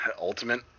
ultimate